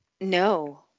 No